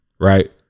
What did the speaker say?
right